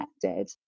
connected